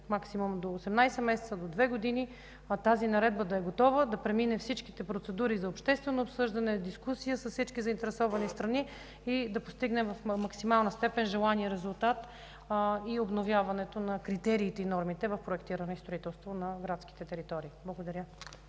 максимум до две години, тази наредба да е готова, да премине всички процедури за обществено обсъждане с дискусия с всички заинтересовани страни и да постигнем в максимална степен желания резултат и обновяването на критериите и нормите в проектиране на строителството на градските територии. Благодаря.